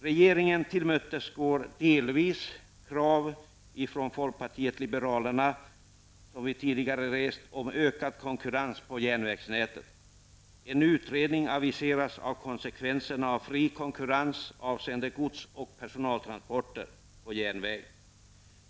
Regeringen tillmötesgår delvis krav som folkpartiet liberalerna tidigare har rest om ökad konkurrens på järnvägsnätet. En utredning aviseras, som skall undersöka konsekvenserna av fri konkurrens avseende gods och persontransporter på järnväg.